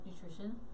Nutrition